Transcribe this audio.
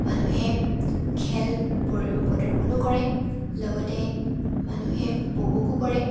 মানুহে খেল প্ৰ প্ৰদৰ্শনো কৰে লগতে মানুহে উপভোগো কৰে